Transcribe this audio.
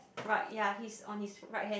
right ya he's on his right hand